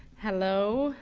hello.